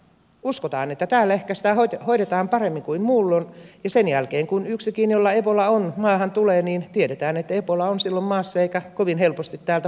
uskotaan että täällä ehkä sitä hoidetaan paremmin kuin muualla ja sen jälkeen kun yksikin jolla ebola on maahan tulee niin tiedetään että ebola on silloin maassa eikä kovin helposti täältä pois lähde